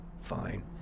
fine